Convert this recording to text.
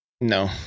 No